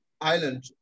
island